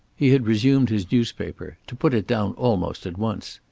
he had resumed his newspaper, to put it down almost at once.